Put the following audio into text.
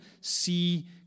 see